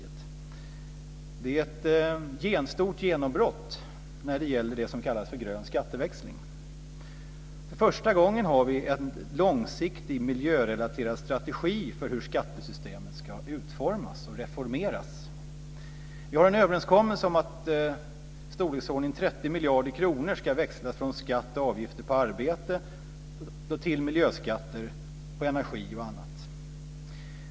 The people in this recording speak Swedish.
Det är ett stort genombrott när det gäller det som kallas för grön skatteväxling. För första gången har vi en långsiktig miljörelaterad strategi för hur skattesystemet ska utformas och reformeras. Vi har en överenskommelse om att i storleksordningen 30 miljarder kronor ska växlas från skatt och avgifter på arbete till miljöskatter på energi och annat.